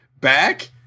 back